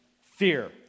fear